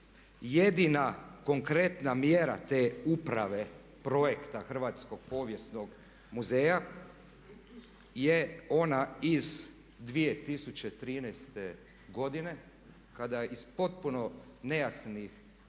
Jedina konkretna mjera te uprave projekta Hrvatskog povijesnog muzeja je ona iz 2013. godine kada iz potpuno nejasnih